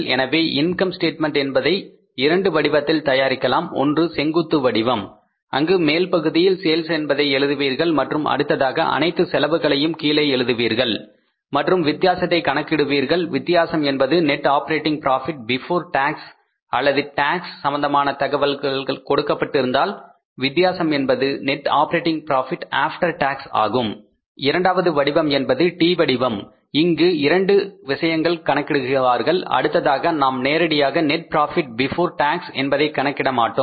எனவே income statement என்பதை இரண்டு வடிவத்தில் தயாரிக்கலாம் ஒன்று செங்குத்து வடிவம் அங்கு மேல் பகுதியில் சேல்ஸ் என்பதை எழுதுவீர்கள் மற்றும் அடுத்ததாக அனைத்து செலவுகளையும் கீழே எழுதுவீர்கள் மற்றும் வித்தியாசத்தை கணக்கிடுவார்கள் வித்தியாசம் என்பது net operating profit before tax அல்லது டாக்ஸ் சம்பந்தமான தகவல்கள் கொடுக்கப்பட்டிருந்தால் வித்தியாசம் என்பது net operating profit after tax ஆகும் இரண்டாவது வடிவம் என்பது T வடிவம் இங்கு இரண்டு விஷயங்களை கணக்கிடுவார்கள் அடுத்ததாக நாம் நேரடியாக நெட் ப்ராபிட் பிபோர் டாக்ஸ் என்பதை கணக்கிட மாட்டோம்